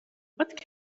what